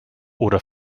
oder